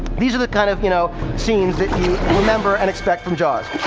these are the kind of you know scenes that you remember and expect from jaws.